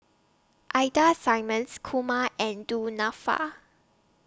Ida Simmons Kumar and Du Nanfa